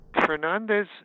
Fernandez